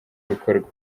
bikorwa